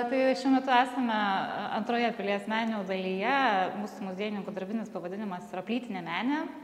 tai šiuo metu esame antroje pilies menių dalyje mūsų muziejininkų darbinis pavadinimas yra plytinė menė